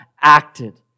acted